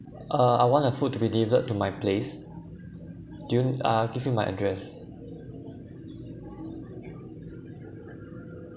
uh I want the food to be delivered to my place do you ah I give you my address